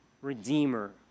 redeemer